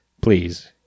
Please